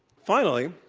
finally,